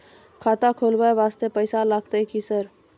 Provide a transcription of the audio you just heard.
खाता खोलबाय वास्ते पैसो लगते की सर?